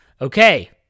Okay